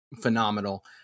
phenomenal